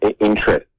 interest